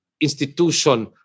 institution